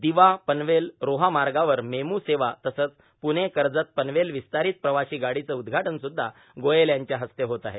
दिवा पनवेल रोहा मार्गावर मेमु सेवा तसंच पुणे कर्जत पनवेल विस्तारीत प्रवाशी गाडीचं उद्घाटन सुद्धा गोयल यांच्या हस्ते होत आहे